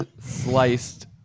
sliced